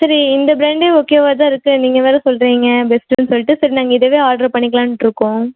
சரி இந்த ப்ராண்டே ஓகேவாக தான் இருக்குது நீங்கள் வேறு சொல்லுறிங்க பெஸ்ட்டுன்னு சொல்லிட்டு சரி நாங்கள் இதைவே ஆட்ரு பண்ணிக்கிலான்டுருக்கோம்